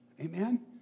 Amen